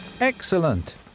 excellent